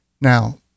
Now